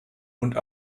und